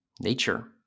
Nature